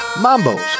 Mambo's